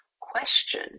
question